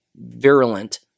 virulent